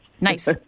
Nice